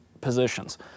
positions